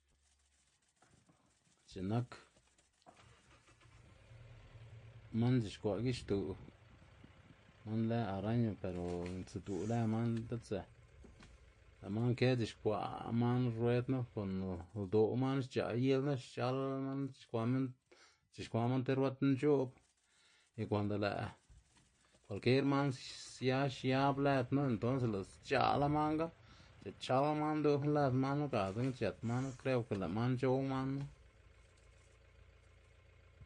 C̲h̲i nak man c̲h̲ixkwa' gixtu', man lë araña pero ntsudu' lë man di'tzë lë' man ke c̲h̲uxkwa' man rued knu kon ldo' man xc̲h̲a' il knu xc̲h̲al man c̲h̲ixkwa' man c̲h̲ixkwa'n man tib rued nc̲h̲o'b y kuando lë' kualkier man sia xiab lëd knu, entonse lë' sc̲h̲a'la manga c̲h̲ichal man du' knu lëd man knu ga dzekna c̲h̲ët man knu, kreo ke lë' man c̲h̲ow man knu.